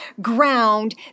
ground